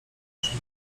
naszym